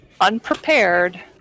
unprepared